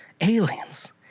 Aliens